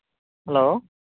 hello